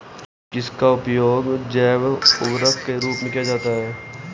किसका उपयोग जैव उर्वरक के रूप में किया जाता है?